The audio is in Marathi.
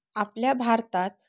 आपल्या भारतात